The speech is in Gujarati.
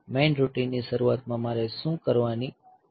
મેઇન રૂટિનની શરૂઆતમાં મારે શું કરવાની જરૂર છે